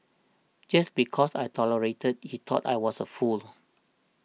just because I tolerated he thought I was a fool